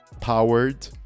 powered